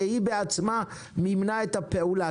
שהיא בעצמה מימנה את הפעולה,